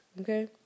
okay